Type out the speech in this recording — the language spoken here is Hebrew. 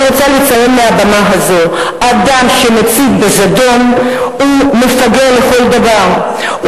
אני רוצה לציין מהבמה הזו: אדם שמצית בזדון הוא מפגע לכל דבר,